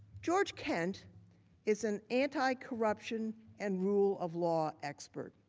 george kent is in anticorruption and rule of law expert.